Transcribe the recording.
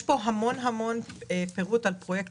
גם כשאתם למעלה באוויר אתם יודעים לפי האורות